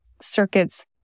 circuits